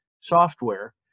software